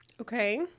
Okay